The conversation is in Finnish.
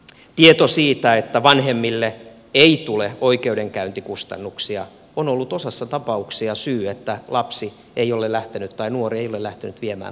tieto siitä että vanhemmille ei tule oikeudenkäyntikustannuksia on ollut osassa tapauksia syy että lapsi tai nuori ei ole lähtenyt viemään tapausta eteenpäin